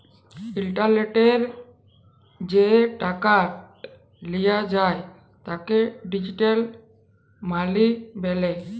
ইলটারলেটলে যে টাকাট লিয়া যায় তাকে ডিজিটাল মালি ব্যলে